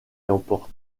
l’emporte